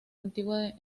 antigua